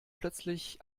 plötzlich